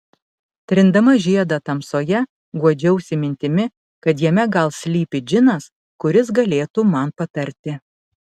trindama žiedą tamsoje guodžiausi mintimi kad jame gal slypi džinas kuris galėtų man patarti